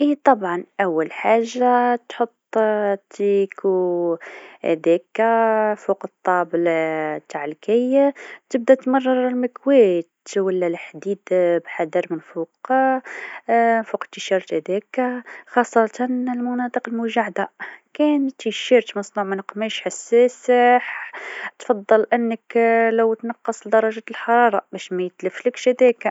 بكل سرور! كيّ التي شيرت سهل برشا. أول حاجة، حط المكواة على حرارة مناسبة للقطن. بعدين، رتب التي شيرت على الطاولة أو لوح الكيّ، وابدأ من الأكتاف والأكمام. مرّ المكواة برفق على المناطق المتجعدة، وكرر العملية على الجزء الأمامي والخلفي. تأكد من تحريك المكواة بشكل دائري لتجنب حرق القماش.